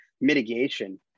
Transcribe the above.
mitigation